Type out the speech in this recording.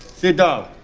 sit down.